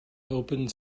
opened